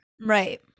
Right